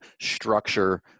structure